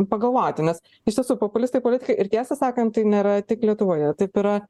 pagalvoti nes iš tiesų populistai politikai ir tiesą sakant tai nėra tik lietuvoje taip yra